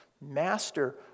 Master